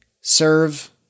serve